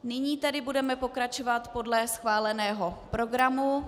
Nyní tedy budeme pokračovat podle schváleného programu.